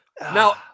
Now